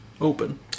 open